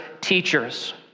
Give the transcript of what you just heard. teachers